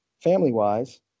family-wise